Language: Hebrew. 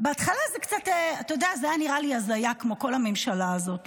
בהתחלה זה היה נראה לי הזיה, כמו כל הממשלה הזאת.